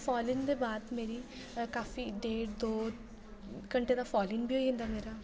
fallen दे बाद मेरी काफी डेढ़ दो घैंटे दा फॉल्न बी होई जंदा मेरा